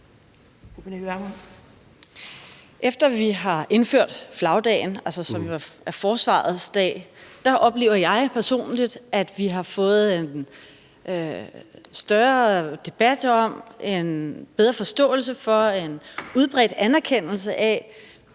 Efter at vi har indført flagdagen, som jo er Forsvarets dag, oplever jeg personligt, at vi har fået en større debat om, en bedre forståelse for, en udbredt anerkendelse af,